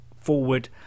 Forward